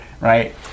Right